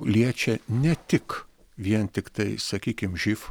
liečia ne tik vien tiktai sakykim živ